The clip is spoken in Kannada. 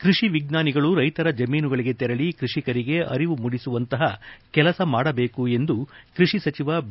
ಕೃಷಿ ವಿಜ್ವಾನಿಗಳು ರೈತರ ಜಮೀನುಗಳಿಗೆ ತೆರಳಿ ಕೃಷಿಕರಿಗೆ ಅರಿವು ಮೂಡಿಸುವಂತಹ ಕೆಲಸಮಾಡಬೇಕು ಎಂದು ಕೃಷಿ ಸಚಿವ ಬಿ